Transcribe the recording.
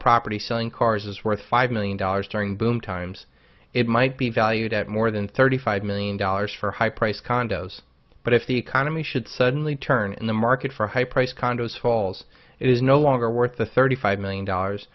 property selling cars is worth five million dollars during boom times it might be valued at more than thirty five million dollars for high priced condos but if the economy should suddenly turn in the market for high priced condos falls is no longer worth the thirty five million dollars